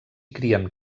crien